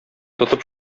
тотып